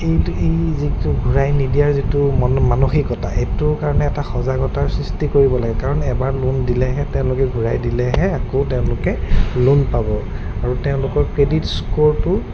এইটো এই যিটো ঘূৰাই নিদিয়াৰ যিটো মন মানসিকতা এইটোৰ কাৰণে এটা সজাগতাৰ সৃষ্টি কৰিব লাগে কাৰণ এবাৰ লোন দিলেহে তেওঁলোকে ঘূৰাই দিলেহে আকৌ তেওঁলোকে লোন পাব আৰু তেওঁলোকৰ ক্ৰেডিট স্ক'ৰটো